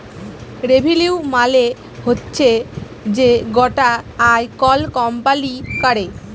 revenue মালে হচ্যে যে গটা আয় কল কম্পালি ক্যরে